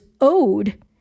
owed